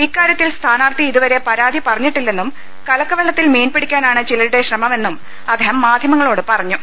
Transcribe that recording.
ഇക്കാര്യത്തിൽ സ്ഥാനാർത്ഥി ഇതുവരെ പരാതി പറഞ്ഞിട്ടില്ലെന്നും കലക്കവെള്ള ത്തിൽ മീൻപിടിക്കാനാണ് ചിലരുടെ ശ്രമമെന്നും അദ്ദേഹം മാധ്യമ ങ്ങോട് പറഞ്ഞു